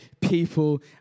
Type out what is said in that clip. people